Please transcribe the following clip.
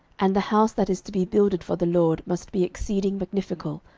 and the house that is to be builded for the lord must be exceeding magnifical,